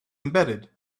embedded